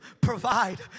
provide